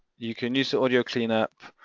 you can use the audio cleanup